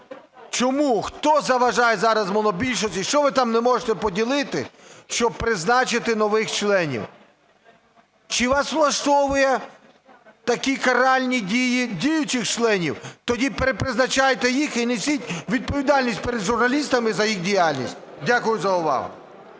Чому, хто заважає зараз монобільшості, що ви там не можете поділити, щоб призначити нових членів? Чи вас влаштовують такі каральні дії діючих членів? Тоді перепризначайте їх і несіть відповідальність перед журналістами за їх діяльність. Дякую за увагу.